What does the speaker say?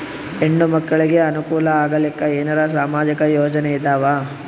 ಹೆಣ್ಣು ಮಕ್ಕಳಿಗೆ ಅನುಕೂಲ ಆಗಲಿಕ್ಕ ಏನರ ಸಾಮಾಜಿಕ ಯೋಜನೆ ಇದಾವ?